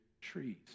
trees